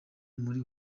muri